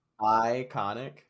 Iconic